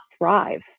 thrive